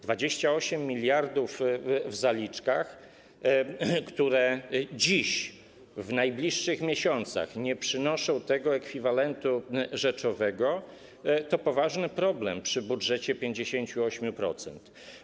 28 mld w zaliczkach, które dziś, w najbliższych miesiącach nie przynoszą ekwiwalentu rzeczowego, to poważny problem przy budżecie 58%.